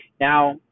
Now